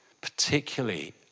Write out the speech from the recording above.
particularly